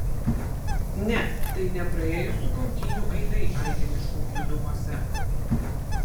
ne tai ne praėjusių kautynių aidai aidi miškų glūdumose